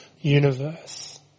universe